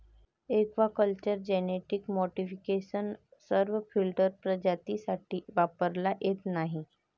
aquaculture genetic modification सर्व field प्रजातींसाठी वापरता येत नाही